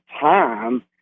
time